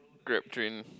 grab drink